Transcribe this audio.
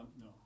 no